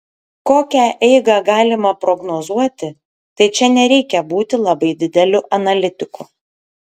kokią eigą galima prognozuoti tai čia nereikia būti labai dideliu analitiku